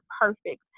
perfect